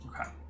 Okay